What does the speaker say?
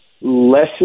less